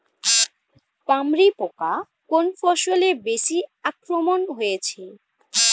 পামরি পোকা কোন ফসলে বেশি আক্রমণ হয়েছে?